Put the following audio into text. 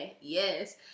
yes